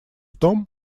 том